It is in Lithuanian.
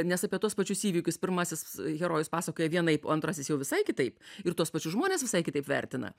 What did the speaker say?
nes apie tuos pačius įvykius pirmasis herojus pasakoja vienaip o antrasis jau visai kitaip ir tuos pačius žmones visai kitaip vertina